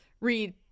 read